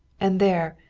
and there,